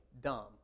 dumb